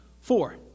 four